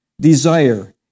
desire